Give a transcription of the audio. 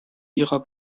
ihrer